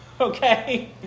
okay